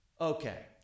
okay